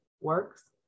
works